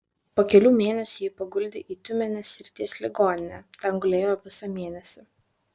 po kelių mėnesių jį paguldė į tiumenės srities ligoninę ten gulėjo visą mėnesį